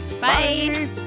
Bye